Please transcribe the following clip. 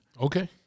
Okay